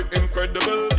incredible